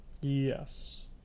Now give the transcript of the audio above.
Yes